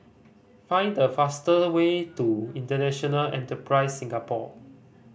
find the fast way to International Enterprise Singapore